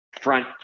front